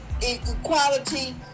equality